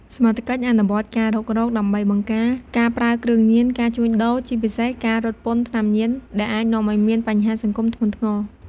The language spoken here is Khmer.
សមត្ថកិច្ចអនុវត្តការរុករកដើម្បី បង្ការការប្រើគ្រឿងញៀន ការជួញដូរ ជាពិសេសការរត់ពន្ធថ្នាំញៀន ដែលអាចនាំឱ្យមានបញ្ហាសង្គមធ្ងន់ធ្ងរ។